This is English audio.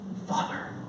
father